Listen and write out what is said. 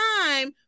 time